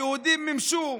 היהודים מימשו,